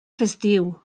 festiu